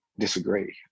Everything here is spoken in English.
Disagree